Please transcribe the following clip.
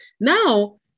Now